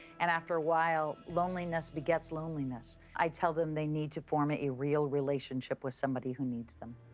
and after a while, loneliness begets loneliness. i tell them they need to form a real relationship with somebody who needs them.